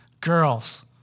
girls